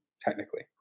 technically